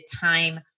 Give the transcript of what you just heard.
time